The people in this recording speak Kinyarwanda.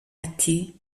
ati